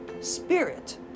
Spirit